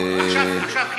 עכשיו,